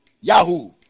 Yahoo